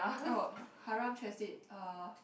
oh haram translate uh